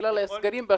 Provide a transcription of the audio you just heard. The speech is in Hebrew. בגלל הסגרים.